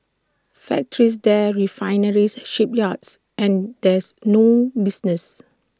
factories there refineries shipyards and there's no business